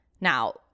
Now